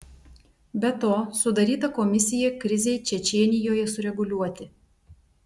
be to sudaryta komisija krizei čečėnijoje sureguliuoti